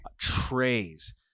trays